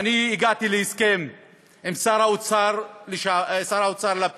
הגעתי להסכם עם שר האוצר לפיד,